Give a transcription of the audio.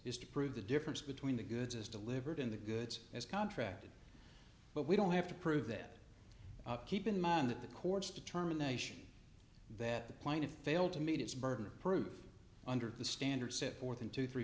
is to prove the difference between the goods as delivered in the goods as contracted but we don't have to prove that keep in mind that the courts determination that the plan to fail to meet its burden of proof under the standards set forth in two three